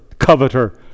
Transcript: coveter